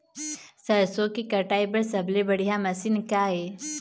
सरसों के कटाई बर सबले बढ़िया मशीन का ये?